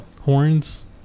Horns